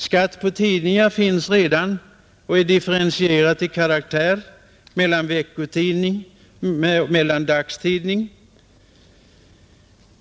Skatt på tidningar finns redan, och den är differentierad till sin karaktär mellan veckotidningar och dagstidningar.